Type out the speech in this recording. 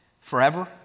Forever